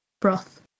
broth